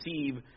receive